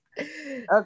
Okay